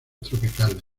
tropicales